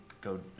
go